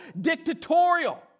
dictatorial